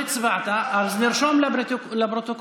לא הצבעת, אז לרשום לפרוטוקול.